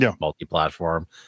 multi-platform